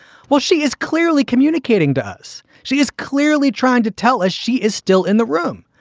well, she is clearly communicating does. she is clearly trying to tell us she is still in the room.